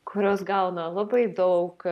kurios gauna labai daug